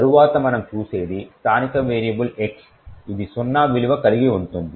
తరువాత మనం చూసేది స్థానిక వేరియబుల్ x ఇది సున్నా విలువ కలిగి ఉంటుంది